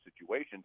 situations